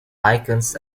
icons